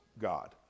God